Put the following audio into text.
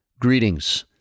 Greetings